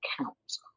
counts